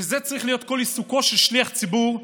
בזה צריך להיות כל עיסוקו של שליח ציבור,